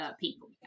people